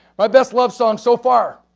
my best love songs so far,